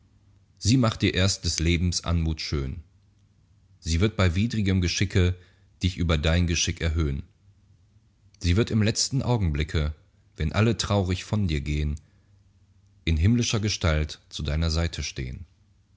sie macht dir erst des lebens anmut schön sie wird bei widrigem geschicke dich über dein geschick erhöhn sie wird im letzten augenblicke wenn alle traurig von dir gehn in himmlischer gestalt zu deiner seite stehn